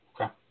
Okay